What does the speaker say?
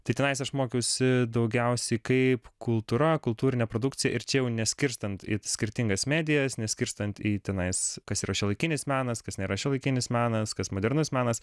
tai tenais aš mokiausi daugiausiai kaip kultūra kultūrinė produkcija ir čia jau neskirstant į skirtingas medijas neskirstant į tenais kas yra šiuolaikinis menas kas nėra šiuolaikinis menas kas modernus menas